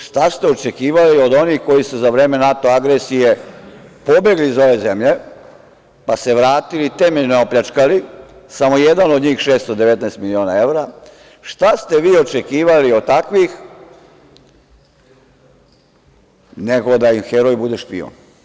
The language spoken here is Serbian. Šta ste očekivali od onih koji su za vreme NATO agresije pobegli iz ove zemlje, pa se vratili, temeljno je opljačkali, samo jedan od njih 619 miliona evra, šta ste vi očekivali od takvih nego da im heroj bude špijun?